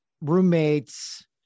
roommates